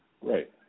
Right